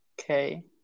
Okay